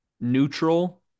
neutral